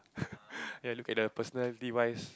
then I look at the personality wise